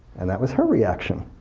and that was her reaction.